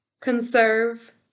Conserve